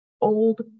old